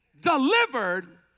delivered